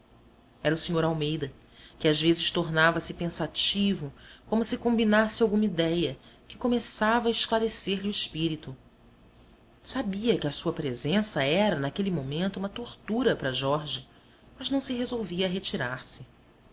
era o sr almeida que às vezes tornava-se pensativo como se combinasse alguma idéia que começava a esclarecer lhe o espírito sabia que a sua presença era naquele momento uma tortura para jorge mas não se resolvia a retirar-se